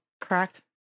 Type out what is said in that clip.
Correct